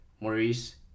Maurice